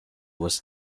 was